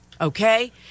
Okay